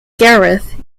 gareth